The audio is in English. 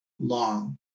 long